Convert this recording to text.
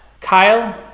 Kyle